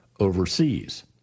overseas